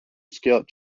scout